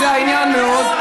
אז העניין מאוד,